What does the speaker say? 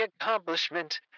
accomplishment